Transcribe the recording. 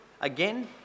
again